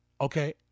Okay